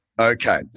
Okay